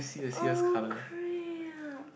oh crap